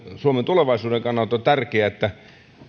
suomen tulevaisuuden kannalta on tärkeää että